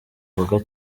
mboga